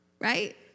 right